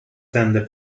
tende